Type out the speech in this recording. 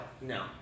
no